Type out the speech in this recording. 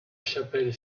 chapelle